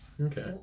Okay